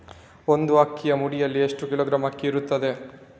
ಒಂದು ಅಕ್ಕಿಯ ಮುಡಿಯಲ್ಲಿ ಎಷ್ಟು ಕಿಲೋಗ್ರಾಂ ಅಕ್ಕಿ ಇರ್ತದೆ?